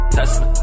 Tesla